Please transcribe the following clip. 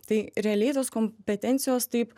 tai realiai tos kompetencijos taip